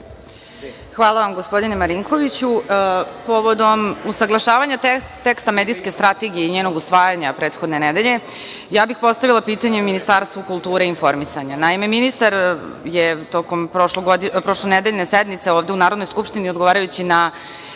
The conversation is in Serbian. Miladinović** Hvala. Povodom usaglašavanja teksta medijske strategije i njenog usvajanja prethodne nedelje, ja bih postavila pitanje Ministarstvu kulture i informisanja. Naime, ministar je tokom prošlonedeljne sednice ovde u Narodnoj skupštini, odgovarajući na